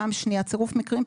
פעם שנייה צירוף מקרים,